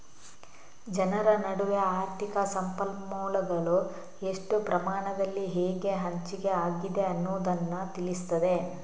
ಜನರ ನಡುವೆ ಆರ್ಥಿಕ ಸಂಪನ್ಮೂಲಗಳು ಎಷ್ಟು ಪ್ರಮಾಣದಲ್ಲಿ ಹೇಗೆ ಹಂಚಿಕೆ ಆಗಿದೆ ಅನ್ನುದನ್ನ ತಿಳಿಸ್ತದೆ